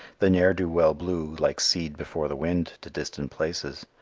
the ne'er-do-well blew, like seed before the wind, to distant places,